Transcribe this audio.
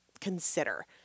consider